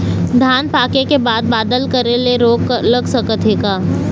धान पाके के बाद बादल करे ले रोग लग सकथे का?